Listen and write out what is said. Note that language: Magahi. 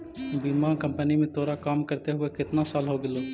बीमा कंपनी में तोरा काम करते हुए केतना साल हो गेलो